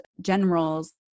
generals